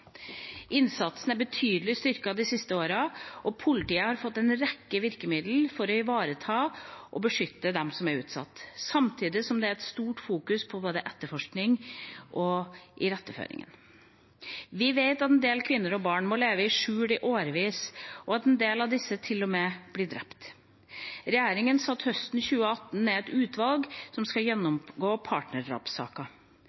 Innsatsen er betydelig styrket de siste årene, og politiet har fått en rekke nye virkemidler for å ivareta og beskytte dem som er utsatt, samtidig som det fokuseres mye på både etterforskning og iretteføring. Vi vet at en del kvinner og barn må leve i skjul i årevis, og at en del av disse til og med blir drept. Regjeringa satte høsten 2018 ned et utvalg som skal